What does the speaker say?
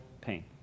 pain